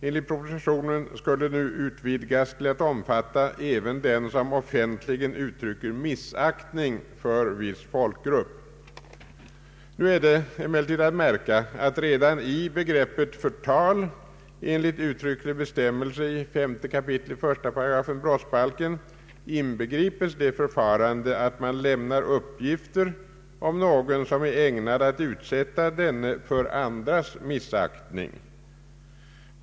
Enligt propositionen skulle området utvidgas till att innefatta även den som offentligen uttrycker missaktning för viss folkgrupp. Nu är emellertid att märka att redan i begreppet förtal enligt uttrycklig bestämmelse i 5 kap. 1 § brottsbalken inbegripes det förfarandet att man lämnar uppgifter om någon som är ägnade att utsätta denne för andras missaktning.